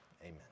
amen